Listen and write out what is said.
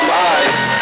life